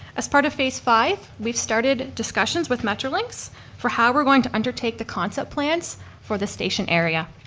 as part of phase five we've started discussions with metrolinks for how we're going to undertake the concept plans for the station area.